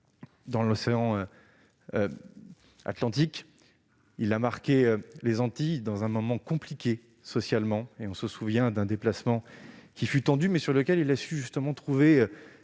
Dans l'océan Atlantique, il a marqué les Antilles, dans un moment compliqué socialement ; on se souvient d'un déplacement tendu mais au cours duquel il a su trouver